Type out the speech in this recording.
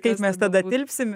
kaip mes tada tilpsim